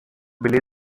bill